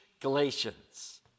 Galatians